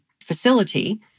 facility